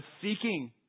seeking